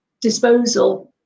disposal